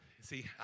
See